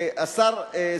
השר שמחון,